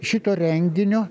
šito renginio